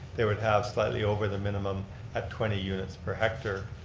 they would have slightly over the minimum at twenty units per hectare.